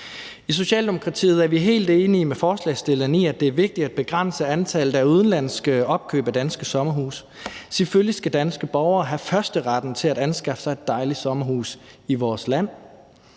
I Socialdemokratiet er vi helt enige med forslagsstillerne i, at det er vigtigt at begrænse antallet af udenlandske opkøb af danske sommerhuse. Selvfølgelig skal danske borgere have førsteretten til at anskaffe sig et dejligt sommerhus i vores land,